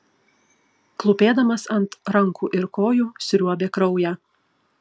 klūpėdamas ant rankų ir kojų sriuobė kraują